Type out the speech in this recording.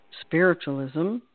Spiritualism